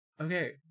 Okay